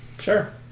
Sure